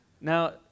Now